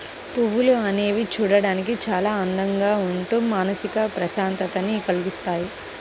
పువ్వులు అనేవి చూడడానికి చాలా అందంగా ఉంటూ మానసిక ప్రశాంతతని కల్గిస్తాయి